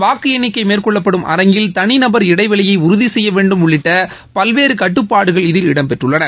வாக்கு எண்ணிக்கை மேற்கொள்ளப்படும் அரங்கில் தனிநபர் இடைவெளியை உறுதி செய்ய வேண்டும் உள்ளிட்ட பல்வேறு கட்டுப்பாடுகள் இதில் இடம்பெற்றுள்ளன